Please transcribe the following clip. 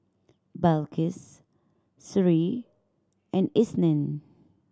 Balqis Sri and Isnin